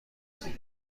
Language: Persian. داریم